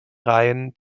reihen